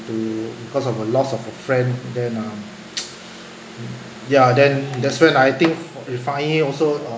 to because of a loss of a friend then um ya then that's when I think for if I hear also uh